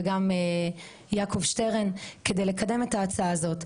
וגם יעקב שטרן כדי לקדם את ההצעה הזאת.